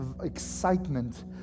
excitement